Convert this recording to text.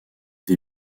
des